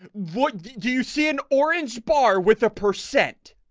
what do you see an orange bar with a percent?